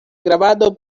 grabado